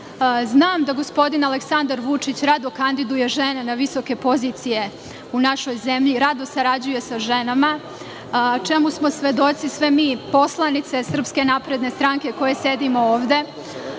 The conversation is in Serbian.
da gospodin Aleksandar Vučić rado kandiduje žene na visoke pozicije u našoj zemlji. Rado sarađuje sa ženama, čemu smo svedoci sve mi poslanice SNS koje sedimo ovde